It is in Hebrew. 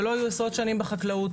שלא היו עשרות שנים בחקלאות,